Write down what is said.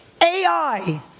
AI